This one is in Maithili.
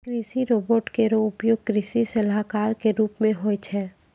कृषि रोबोट केरो उपयोग कृषि सलाहकार क रूप मे होय छै